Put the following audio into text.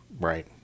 right